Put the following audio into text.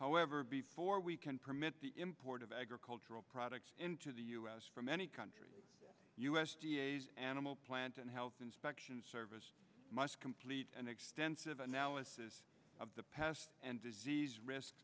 however before we can permit the import of cultural products into the u s from any country u s d a s animal plant and health inspection service must complete an extensive analysis of the past and disease risks